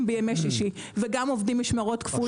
בימי שישי וגם עובדים משמרות כפולות.